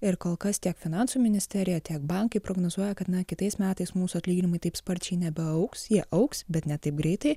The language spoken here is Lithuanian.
ir kol kas tiek finansų ministerija tiek bankai prognozuoja kad na kitais metais mūsų atlyginimai taip sparčiai nebeaugs jie augs bet ne taip greitai